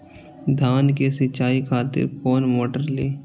धान के सीचाई खातिर कोन मोटर ली?